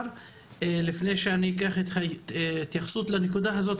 לפני שאני אקח התייחסות לנקודה הזאת,